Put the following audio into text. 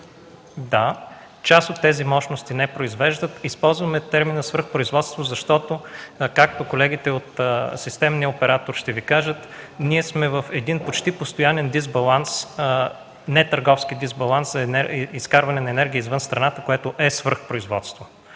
Да, част от тези мощности не произвеждат. Използваме терминът „свръхпроизводство”, защото както колегите от системния оператор ще Ви кажат, ние сме в един почти постоянен дисбаланс – не търговски дисбаланс, а изкарване на енергия извън страната, което е свръхпроизводство.